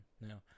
no